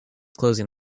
closing